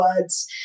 words